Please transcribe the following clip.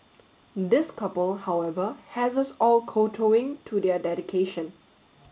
this couple however has us all kowtowing to their dedication